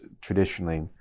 traditionally